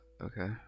okay